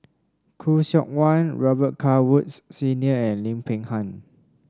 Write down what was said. Khoo Seok Wan Robet Carr Woods Senior and Lim Peng Han